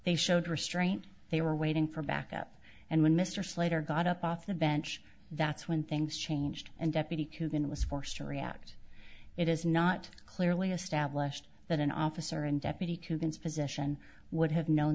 they showed restraint they were waiting for backup and when mr slater got up off the bench that's when things changed and deputy coogan was forced to react it is not clearly established that an officer and deputy convince position would have known